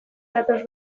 datoz